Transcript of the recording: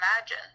imagine